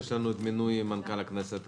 יש לנו מינוי מנכ"ל הכנסת.